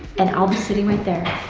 and i'll be sitting right there,